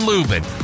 Lubin